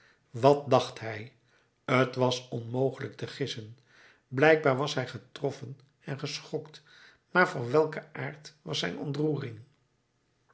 wat dacht hij t was onmogelijk te gissen blijkbaar was hij getroffen en geschokt maar van welken aard was zijn ontroering